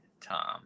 Tom